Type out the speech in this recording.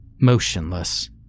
motionless